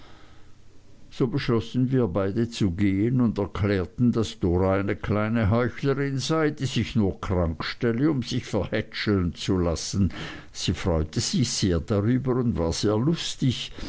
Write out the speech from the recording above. so beschlossen wir beide zu gehen und erklärten daß dora eine kleine heuchlerin sei die sich nur krank stelle um sich verhätscheln zu lassen sie freute sich sehr darüber und war sehr lustig